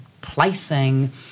placing